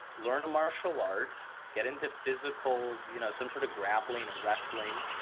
learn martial arts, get into physical, you know, some sort of grappling or wrestling,